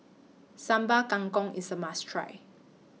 Sambal Kangkong IS A must Try